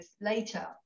later